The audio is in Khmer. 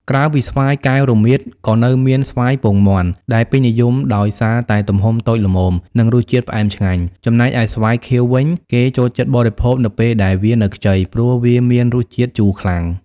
ក្រៅពីស្វាយកែវរមៀត ក៏នៅមាន ស្វាយពងមាន់ ដែលពេញនិយមដោយសារតែទំហំតូចល្មម និងរសជាតិផ្អែមឆ្ងាញ់។ ចំណែកឯស្វាយខៀវវិញ គេចូលចិត្តបរិភោគនៅពេលដែលវានៅខ្ចី ព្រោះវាមានរសជាតិជូរខ្លាំង។